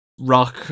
rock